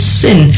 sin